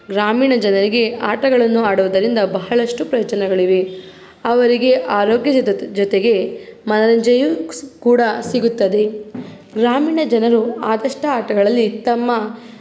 ಗ್ರಾಮೀಣ ಜನರಿಗೆ ಆಟಗಳನ್ನು ಆಡುವುದರಿಂದ ಬಹಳಷ್ಟು ಪ್ರಯೋಜನಗಳಿವೆ ಅವರಿಗೆ ಆರೋಗ್ಯದ ಜೊತೆಗೆ ಮನರಂಜ್ನೆಯೂ ಕ್ ಸ್ ಕೂಡ ಸಿಗುತ್ತದೆ ಗ್ರಾಮೀಣ ಜನರು ಆದಷ್ಟು ಆಟಗಳಲ್ಲಿ ತಮ್ಮ